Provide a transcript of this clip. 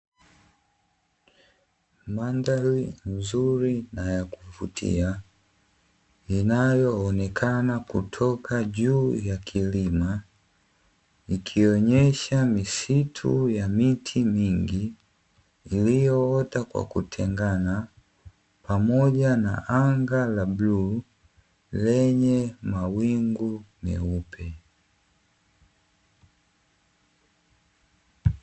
Mandhari nzuri na ya kuvutia ianyoonekana kutoka juu ya kilima ikionyesha misitu ya miti mingi iliyoota kwa kutengana pamoja na anga la bluu lenye mawingu meupe.